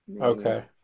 okay